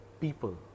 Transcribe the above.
people